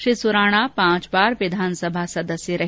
श्री सुराणा पांच बार विधानसभा सदस्य रहे